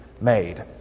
made